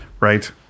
Right